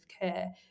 care